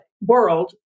world